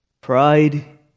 pride